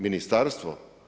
Ministarstvo?